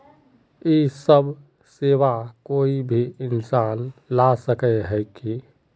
इ सब सेवा कोई भी इंसान ला सके है की?